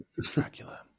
Dracula